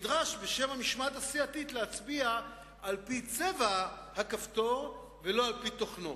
הנדרש בשם המשמעת הסיעתית להצביע על-פי צבע הכפתור ולא על-פי תוכנו.